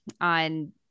on